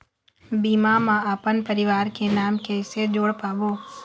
बीमा म अपन परवार के नाम किसे जोड़ पाबो?